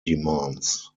demands